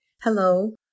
Hello